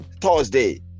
Thursday